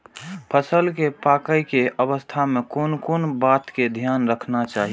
फसल के पाकैय के अवस्था में कोन कोन बात के ध्यान रखना चाही?